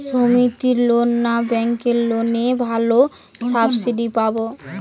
সমিতির লোন না ব্যাঙ্কের লোনে ভালো সাবসিডি পাব?